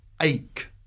ache